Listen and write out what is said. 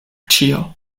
ĉio